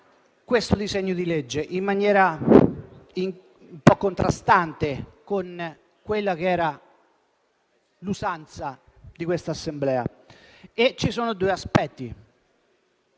il disegno di legge in esame in maniera un po' contrastante con quella che era l'usanza di questa Assemblea. Ci sono due aspetti,